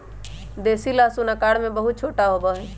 देसी लहसुन आकार में बहुत छोटा होबा हई